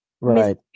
Right